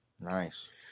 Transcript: nice